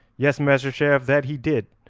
yes, master sheriff, that he did,